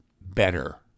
better